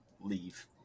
leave